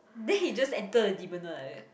then he just enter the demon orh like that